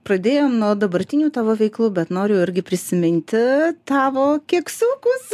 pradėjom nuo dabartinių tavo veiklų bet noriu irgi prisiminti tavo keksiukus